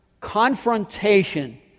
confrontation